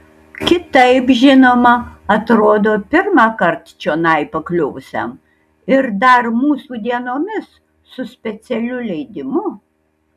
kitaip žinoma atrodo pirmąkart čionai pakliuvusiam ir dar mūsų dienomis su specialiu leidimu